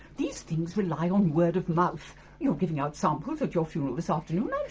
these things rely on word of mouth you're giving out samples at your funeral this afternoon ah